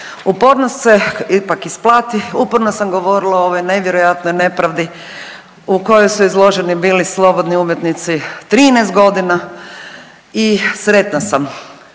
Upornost se ipak isplati. Uporno sam govorila o ovoj nevjerojatnoj nepravdi u kojoj su izloženi bili izloženi slobodni umjetnici 13 godina i sretna sam